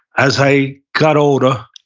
as i got older,